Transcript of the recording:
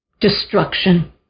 destruction